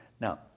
Now